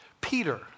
Peter